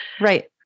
Right